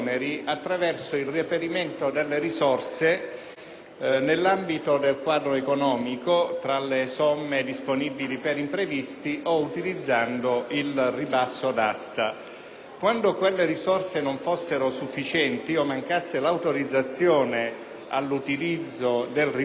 nell'ambito del quadro economico tra le somme disponibili per imprevisti o utilizzando il ribasso d'asta. Quando quelle risorse non fossero sufficienti o mancasse l'autorizzazione all'utilizzo del ribasso d'asta, si determinano altri meccanismi.